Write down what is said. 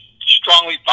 strongly